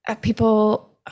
people